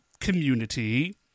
community